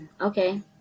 okay